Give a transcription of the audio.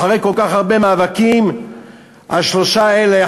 אחרי כל כך הרבה מאבקים השלושה האלה,